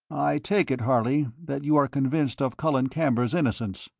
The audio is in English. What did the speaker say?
i take it, harley, that you are convinced of colin camber's innocence?